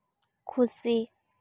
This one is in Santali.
ᱠᱷᱩᱥᱤ